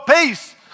peace